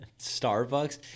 Starbucks